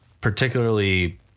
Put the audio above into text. particularly